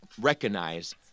recognize